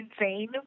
insane